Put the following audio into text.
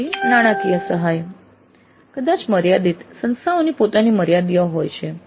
પછી નાણાકીય સહાય કદાચ મર્યાદિત સંસ્થાઓની પોતાની મર્યાદાઓ હોય છે